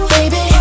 Baby